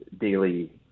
daily